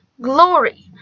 glory